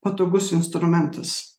patogus instrumentas